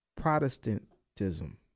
Protestantism